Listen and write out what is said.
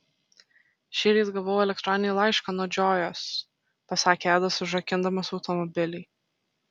šįryt gavau elektroninį laišką nuo džojos pasakė edas užrakindamas automobilį